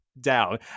down